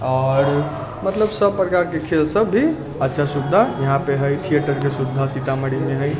आओर मतलब सभ प्रकारके खेल सभ भी अच्छा सुविधा इहाँपे हइ थिएटरके सुविधा सीतामढ़ीमे हइ